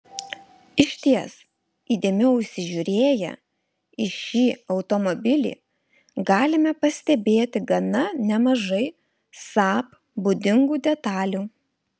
išties įdėmiau įsižiūrėję į šį automobilį galime pastebėti gana nemažai saab būdingų detalių